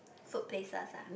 food places ah